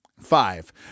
Five